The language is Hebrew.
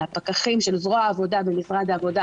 לפקחים של זרוע העבודה במשרד העבודה,